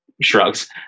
Shrugs